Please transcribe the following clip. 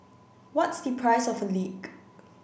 what's the price of a leak